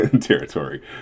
territory